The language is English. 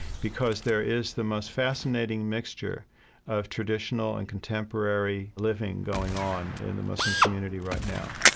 because there is the most fascinating mixture of traditional and contemporary living going on in the muslim community right now.